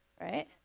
right